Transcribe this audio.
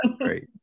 great